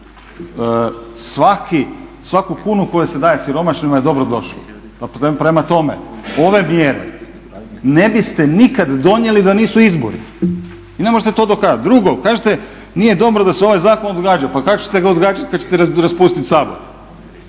Svaku kunu koja se daje siromašnima je dobrodošla, prema tome, ove mjere ne biste nikada donijeli da nisu izbori i ne možete to dokazati. Drugo, kažete nije dobro da se ovaj zakon odgađa, pa kako ćete ga odgađati kada ćete raspustiti Sabor.